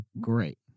Great